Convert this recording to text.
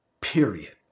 period